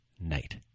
night